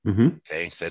Okay